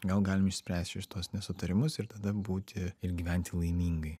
gal galim išspręst čia šituos nesutarimus ir tada būti ir gyventi laimingai